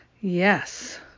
Yes